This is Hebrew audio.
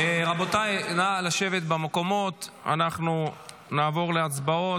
רבותיי, נא לשבת במקומות, אנחנו נעבור להצבעות.